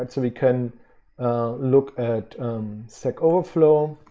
so we can look at stackoverflow.